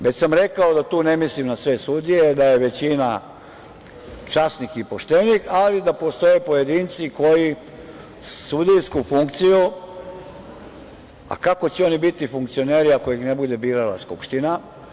Već sam rekao da tu ne mislim na sve sudije, da je većina časnih i poštenih, ali da postoje pojedinci koji sudijsku funkciju, a kako će oni biti funkcioneri ako ih ne bude birala Skupština?